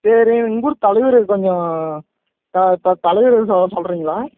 சரி உங்கூரு தலைவருக்கு கொஞ்சம் தலைவர் சொல்கிறிங்களா